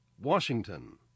Washington